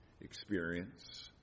experience